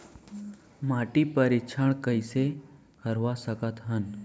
माटी परीक्षण कइसे करवा सकत हन?